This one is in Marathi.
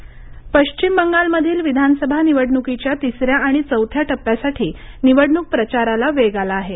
बंगाल निवडणूक पश्चिम बंगालमधील विधानसभा निवडणुकीच्या तिसऱ्या आणि चौथ्या टप्प्यासाठी निवडणूक प्रचाराला वेग आला आहे